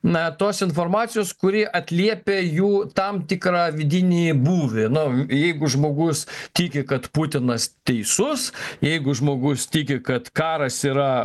na tos informacijos kuri atliepia jų tam tikrą vidinį būvį nu jeigu žmogus tiki kad putinas teisus jeigu žmogus tiki kad karas yra